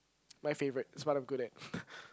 my favourite it's what I'm good at